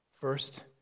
First